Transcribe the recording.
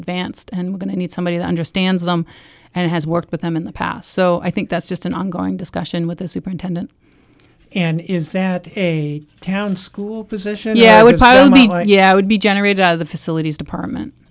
advanced and we're going to need somebody who understands them and has worked with them in the past so i think that's just an ongoing discussion with the superintendent and is that a town school position yeah i would yeah i would be generated out of the facilities department